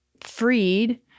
freed